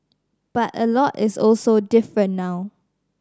but a lot is also different now